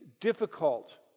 difficult